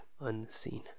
unseen